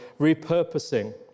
repurposing